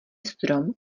strom